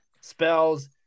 Spells